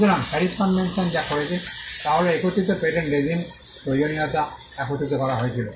সুতরাং Paris convention যা করেছে তা হল একত্রিত পেটেন্ট রেজিম প্রয়োজনীয়তা একত্রিত করা হয়েছিল